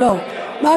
לא לא